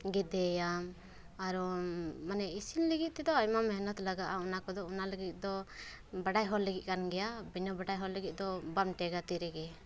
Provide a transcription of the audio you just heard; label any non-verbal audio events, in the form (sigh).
ᱜᱮᱫᱮᱭᱟᱢ ᱟᱨᱚᱢ ᱢᱟᱱᱮ ᱤᱥᱤᱱ ᱞᱟᱹᱜᱤᱫ ᱛᱮᱫᱚ ᱟᱭᱢᱟ ᱢᱮᱦᱱᱚᱛ ᱞᱟᱜᱟᱜᱼᱟ ᱚᱱᱟ ᱠᱚᱫᱚ ᱚᱱᱟ ᱞᱟᱹᱜᱤᱫ ᱫᱚ ᱵᱟᱲᱟᱭ ᱦᱚᱲ ᱞᱟᱹᱜᱤᱫ ᱠᱟᱱ ᱜᱮᱭᱟ ᱵᱤᱱᱟᱹ ᱵᱟᱰᱟᱭ ᱦᱚᱲ ᱞᱟᱹᱜᱤᱫ ᱫᱚ ᱵᱟᱢ ᱴᱮᱠᱟ ᱛᱤᱨᱮᱜᱮ (unintelligible)